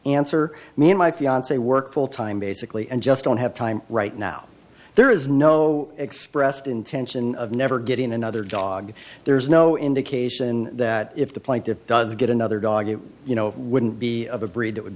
answer me and my fiance work full time basically and just don't have time right now there is no expressed intention of never getting another dog there's no indication that if the plaintiff does get another dog you wouldn't be of a breed that would